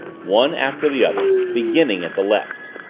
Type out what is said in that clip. one after the other, beginning at the left.